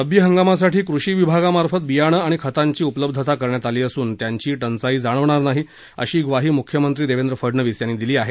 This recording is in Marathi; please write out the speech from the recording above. रब्बी हंगामासाठी कृषी विभागामार्फत बियाणं आणि खतांची उपलब्धता करण्यात आली असून त्यांची टंचाई जाणवणार नाही अशी ग्वाही म्ख्यमंत्री देवेंद्र फडणवीस यांनी दिली आहे